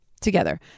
together